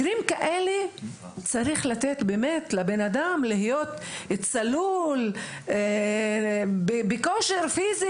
צריך לתת לרופא להיות צלול ולהיות בכושר פיזי